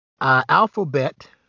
Alphabet